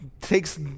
takes